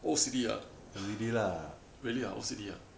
O_C_D ah really ah O_C_D ah